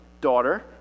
daughter